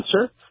answer